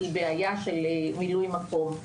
היא בעיה של מילוי מקום,